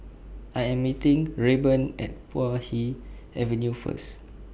I Am meeting Rayburn At Puay Hee Avenue First